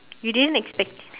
you didn't expect it